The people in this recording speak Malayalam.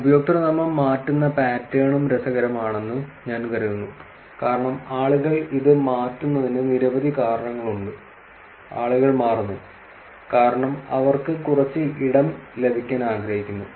ഉപയോക്തൃനാമം മാറ്റുന്ന പാറ്റേണും രസകരമാണെന്ന് ഞാൻ കരുതുന്നു കാരണം ആളുകൾ ഇത് മാറ്റുന്നതിന് നിരവധി കാരണങ്ങളുണ്ട് ആളുകൾ മാറുന്നു കാരണം അവർക്ക് കുറച്ച് ഇടം ലഭിക്കാൻ ആഗ്രഹിക്കുന്നു